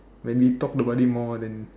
when we talked about it more then